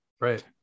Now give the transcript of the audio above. Right